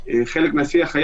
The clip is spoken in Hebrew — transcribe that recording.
בשונה מהסיטואציה הקודמת,